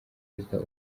perezida